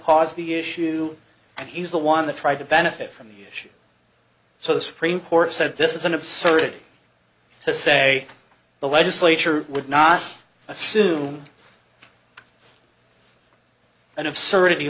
caused the issue and he's the one that tried to benefit from the issue so the supreme court said this is an absurdity to say the legislature would not assume an absurdity